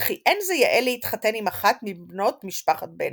וכי אין זה יאה להתחתן עם אחת מבנות משפחת בנט.